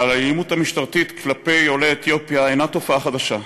אבל האלימות המשטרתית כלפי עולי אתיופיה אינה תופעה חדשה.